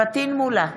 פטין מולא,